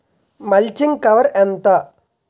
Mulching cover ఎంత?